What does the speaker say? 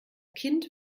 kind